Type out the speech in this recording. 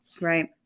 Right